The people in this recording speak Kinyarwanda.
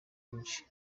byinshi